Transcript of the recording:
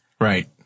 Right